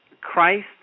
Christ